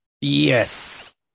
Yes